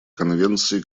конвенции